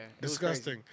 Disgusting